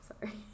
Sorry